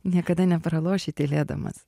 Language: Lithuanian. niekada nepraloši tylėdamas